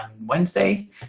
Wednesday